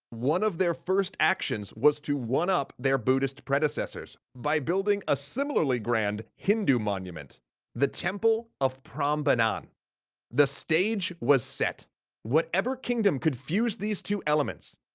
one of their first actions. was to one-up their buddhist predecessors by building a similarly grand hindu monument the temple of prambanan the stage was set whatever kingdom could fuse these two elements,